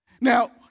Now